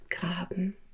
graben